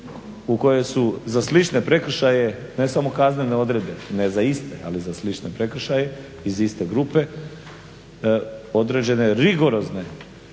u kojoj su za slične prekršaje ne samo kaznene odredbe, ne za iste ali za slične prekršaje iz iste grupe, određene rigorozne